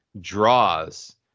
draws